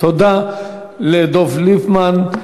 תודה לדב ליפמן.